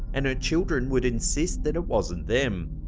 and her children would insist that it wasn't them.